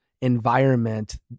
environment